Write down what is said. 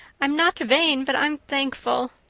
i'm not vain, but i'm thankful.